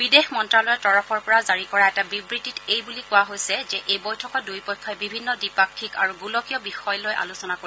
বিদেশ মন্ত্ৰ্যালয়ৰ তৰফৰ পৰা জাৰি কৰা এটা বিবৃতিত এইবুলি কোৱা হৈছে যে এই বৈঠকত দুয়োপক্ষই বিভিন্ন দ্বিপাক্ষিক আৰু গোলকীয় বিষয় লৈ আলোচনা কৰিব